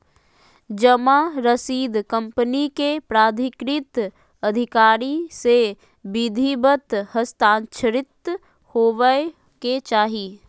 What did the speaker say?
जमा रसीद कंपनी के प्राधिकृत अधिकारी से विधिवत हस्ताक्षरित होबय के चाही